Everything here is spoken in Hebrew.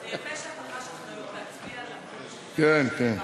יפה שאתה חש אחריות להצביע למרות, כן, כן.